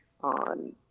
on